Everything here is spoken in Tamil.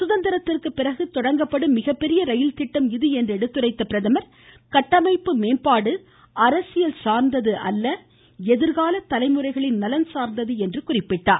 சுதந்திரத்திற்கு பிறகு தொடங்கப்படும் மிகப்பெரிய ரயில் திட்டம் இது என்று எடுத்துரைத்த பிரதமர் கட்டமைப்பு மேம்பாடு அரசியல் சார்ந்தது அல்ல எதிர்கால தலைமுறைகளின் நலன் சார்ந்தது என்றார்